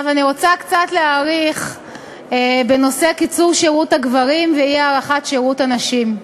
אני רוצה להאריך קצת בנושא קיצור שירות הגברים ואי-הארכת שירות הנשים.